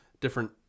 different